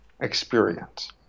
Experience